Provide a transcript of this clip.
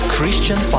Christian